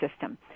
system